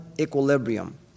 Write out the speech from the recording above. equilibrium